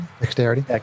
Dexterity